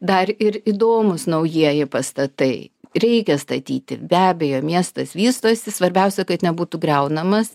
dar ir įdomūs naujieji pastatai reikia statyti be abejo miestas vystosi svarbiausia kad nebūtų griaunamas